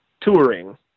touring